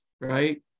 right